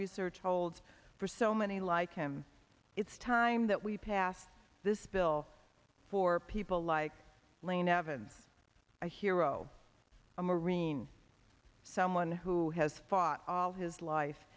research holds for so many like him it's time that we passed this bill for people like lane evans a hero a marine someone who has fought all his life